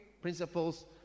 principles